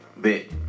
bit